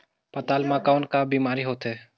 पातल म कौन का बीमारी होथे?